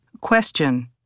Question